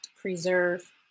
preserve